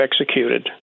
executed